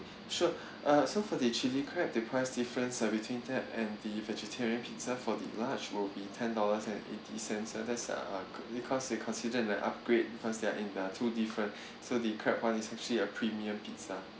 sure uh so for the chilli crab the price difference uh between that and the vegetarian pizza for the large will be ten dollars and eighty cents ya that's uh because they considered the upgrade because there in two different so the crab one is actually a premium pizza